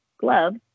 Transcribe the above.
gloves